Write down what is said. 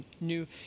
new